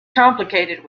complicated